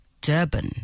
Durban